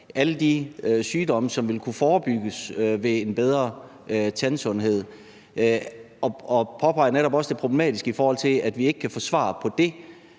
alle de sygdomme, som vil kunne forebygges ved en bedre tandsundhed, og påpeger netop også det problematiske i, at vi ikke kan få svar på